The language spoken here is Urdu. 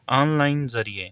آن لائن ذریعے